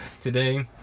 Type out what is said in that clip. today